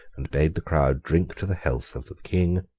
and bade the crowd drink to the health of the king,